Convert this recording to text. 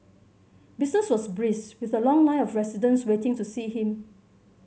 business was brisk with a long line of residents waiting to see him